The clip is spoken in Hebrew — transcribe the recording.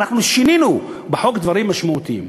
אנחנו שינינו בחוק דברים משמעותיים.